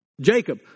Jacob